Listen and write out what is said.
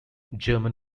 german